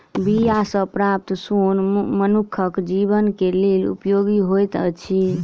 बीया सॅ प्राप्त सोन मनुखक जीवन के लेल उपयोगी होइत अछि